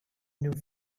new